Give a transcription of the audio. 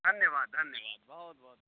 धन्यवाद धन्यवाद बहुत बहुत धन्यवाद